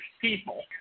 people